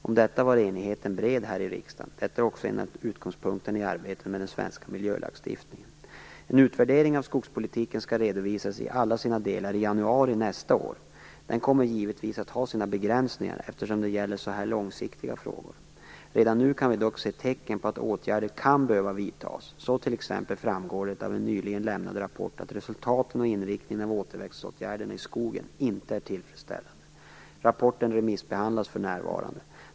Om detta var enigheten bred här i riksdagen. Detta är också en av utångspunkterna i arbetet med den svenska miljölagstiftningen. En utvärdering av skogspolitiken skall redovisas i alla sina delar i januari nästa år. Den kommer givetvis att ha sina begränsningar eftersom det gäller så här långsiktiga frågor. Redan nu kan vi dock se tecken på att åtgärder kan behöva vidtas. Så t.ex. framgår det av en nyligen lämnad rapport att resultaten och inriktningen av återväxtåtärderna i skogen inte är tillfredsställande. Rapporten remissbehandlas för närvarande.